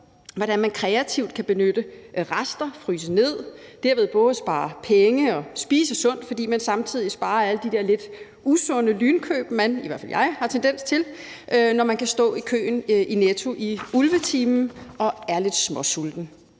hvordan man kreativt kan benytte rester, fryse dem ned og dermed både spare penge og spise sundt, fordi man samtidig sparer alle de der lidt usunde lynkøb, man – i hvert fald jeg – har tendens til, når man står i køen i Netto i ulvetimen og er lidt småsulten.